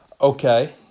okay